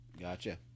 Gotcha